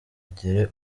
agere